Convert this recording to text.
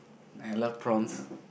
I love prawns